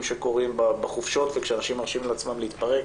שקורים בחופשות וכשאנשים מרשים לעצמם להתפרק.